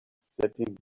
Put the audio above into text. setting